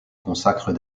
consacre